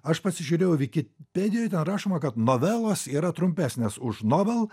aš pasižiūrėjau vikipedijoj ten rašoma kad novelos yra trumpesnės už novel